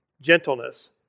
gentleness